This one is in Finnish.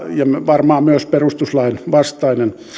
varmaan myös perustuslainvastainen